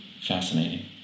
fascinating